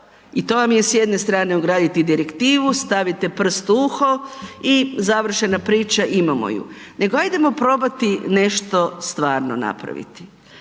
i to vam je s jedne strane ugraditi direktivu, stavite prst u uho i završena priča, imamo ju. Nego, hajdemo probati nešto stvarno napraviti.